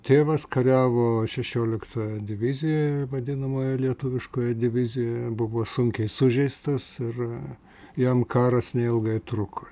tėvas kariavo šešioliktojoje divizijoje vadinamojoje lietuviškoj divizijoje buvo sunkiai sužeistas ir jam karas neilgai truko